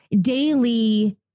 daily